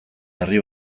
herri